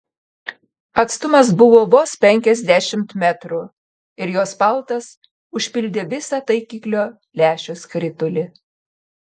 atstumas buvo vos penkiasdešimt metrų ir jos paltas užpildė visą taikiklio lęšio skritulį